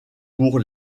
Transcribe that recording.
pour